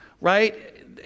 right